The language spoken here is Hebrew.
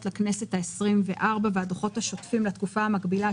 לכנסת ה-24 והדוחות השוטפים לתקופה המקבילה,